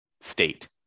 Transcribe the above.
state